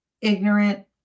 ignorant